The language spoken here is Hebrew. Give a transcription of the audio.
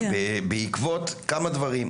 זה הישג משמעותי ובעקבות כמה דברים,